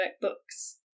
books